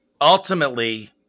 ultimately